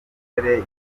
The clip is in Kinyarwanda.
imikorere